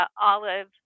olive